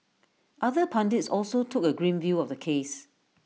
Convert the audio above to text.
other pundits also took A grim view of the case